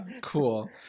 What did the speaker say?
cool